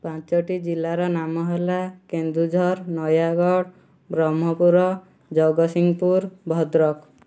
ପାଞ୍ଚଟି ଜିଲ୍ଲାର ନାମ ହେଲା କେନ୍ଦୁଝର ନୟାଗଡ଼ ବ୍ରହ୍ମପୁର ଜଗତସିଂହପୁର ଭଦ୍ରକ